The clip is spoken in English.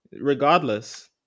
regardless